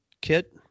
kit